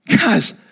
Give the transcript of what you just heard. Guys